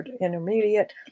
intermediate